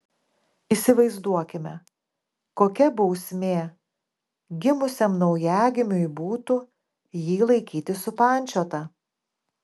įsivaizduokime kokia bausmė gimusiam naujagimiui būtų jį laikyti supančiotą